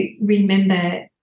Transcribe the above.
remember